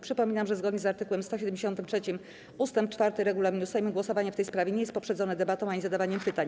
Przypominam, że zgodnie z art. 173 ust. 4 regulaminu Sejmu głosowanie w tej sprawie nie jest poprzedzone debatą ani zadawaniem pytań.